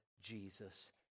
jesus